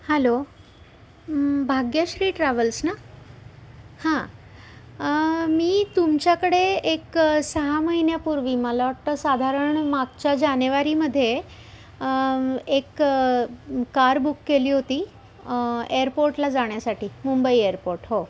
hello Bhagyashree travels ना हां मी तुमच्याकडे एक सहा महिन्यापूर्वी मला वाटतं साधारण मागच्या जानेवारीमध्ये एक कार बुक केली होती एअरपोर्टला जाण्यासाठी मुंबई एअरपोर्ट हो